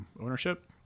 ownership